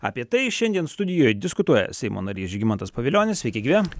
apie tai šiandien studijoj diskutuoja seimo narys žygimantas pavilionis sveiki gyvi